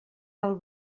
del